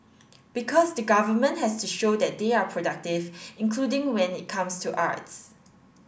because the government has to show that they are productive including when it comes to arts